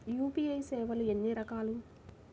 UPI సేవలు ఎన్నిరకాలు?